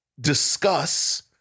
discuss